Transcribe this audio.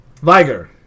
Viger